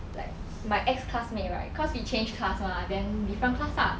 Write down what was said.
like my ex classmate right cause we change class mah then different class lah